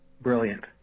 Brilliant